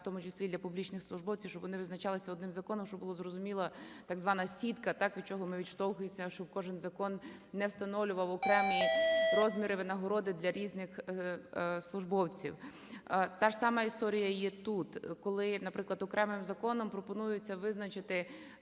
в тому числі для публічних службовців, щоб вони визначались одним законом, щоб була зрозуміла так звана сітка, від чого ми відштовхуємося, щоб кожен закон не встановлював окремі розміри винагороди для різних службовців. Та ж сама історія є тут, коли, наприклад, окремим законом пропонується визначити